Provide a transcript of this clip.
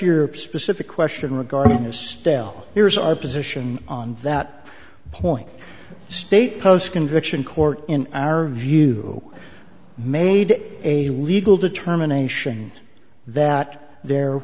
your specific question regarding a stele here's our position on that point the state post conviction court in our view made a legal determination that there